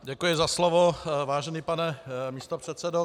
Děkuji za slovo, vážený pane místopředsedo.